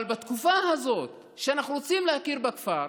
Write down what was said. אבל בתקופה הזאת שאנחנו רוצים להכיר בכפר,